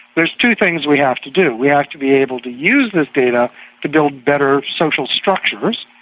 there's two things we have to do, we have to be able to use this data to build better social structures,